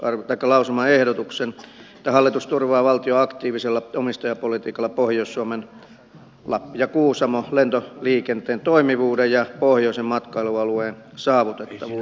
olen tehnyt lausumaehdotuksen että hallitus turvaa valtion aktiivisella omistajapolitiikalla pohjois suomen lappi ja kuusamo lentoliikenteen toimivuuden ja pohjoisen matkailu alueen saavutettavuuden